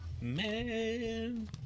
man